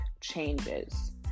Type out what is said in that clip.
changes